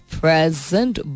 present